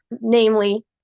namely